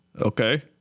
Okay